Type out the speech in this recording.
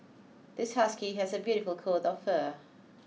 this husky has a beautiful coat of fur